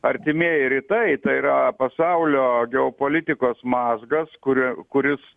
artimieji rytai tai yra pasaulio geopolitikos mazgas kuria kuris